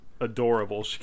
adorable